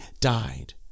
died